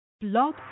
Blog